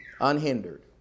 unhindered